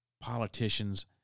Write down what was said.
politicians